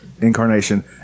Incarnation